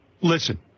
Listen